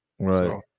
Right